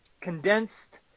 condensed